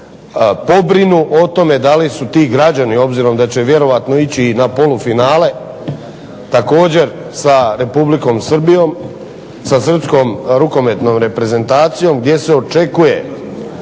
pobrinu o tome da li su ti građani, obzirom da će vjerojatno ići i na polufinale također sa Republikom Srbijom sa srpskom rukometnom reprezentacijom gdje se očekuje